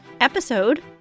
episode